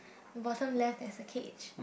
the bottom left there is a cage